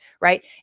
right